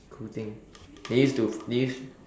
cool thing you need to leave